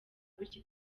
bityo